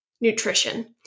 nutrition